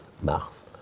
Mars